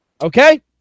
Okay